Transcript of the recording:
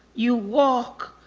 you walk.